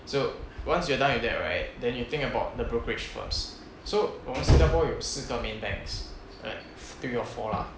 so once you're done with that right then you think about the brokerage firms so 我们新加坡有四个 main banks like three or four lah